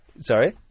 Sorry